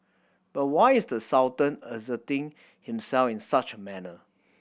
but why is the Sultan asserting himself in such a manner